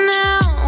now